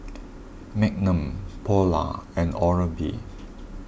Magnum Polar and Oral B